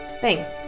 Thanks